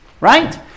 right